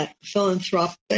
philanthropic